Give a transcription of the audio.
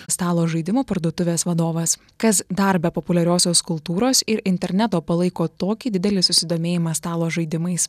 stalo žaidimų parduotuvės vadovas kas dar be populiariosios kultūros ir interneto palaiko tokį didelį susidomėjimą stalo žaidimais